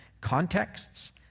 contexts